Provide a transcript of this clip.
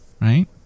right